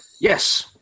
Yes